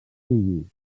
sigui